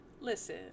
Listen